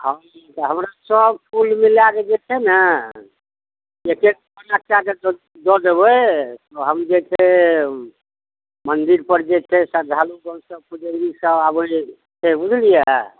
हँ तऽ हमरा सब कुल मिलाके जे छै ने एक एक पैक कए कऽ दऽ देबय तऽ हम जे छै मन्दिरपर जे छै श्रद्धालू गाँव सब पूजेगरी सब आबय छै बुझलियै